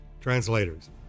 translators